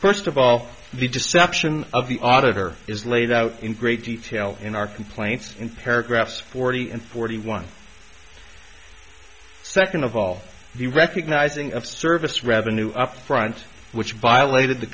first of all the deception of the auditor is laid out in great detail in our complaints in paragraphs forty and forty one second of all the recognizing of service revenue up front which violated the